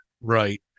right